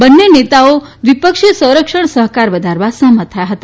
બંને નેતાઓ દ્વિપક્ષી સંરક્ષણ સહકાર વધારવા સહમત થયા હતા